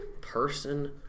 Person